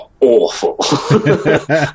awful